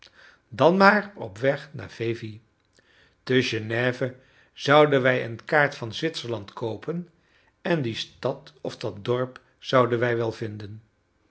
dan maar op weg naar vevey te genève zouden wij eene kaart van zwitserland koopen en die stad of dat dorp zouden wij wel vinden